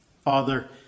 Father